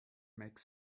makes